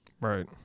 right